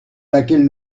laquelle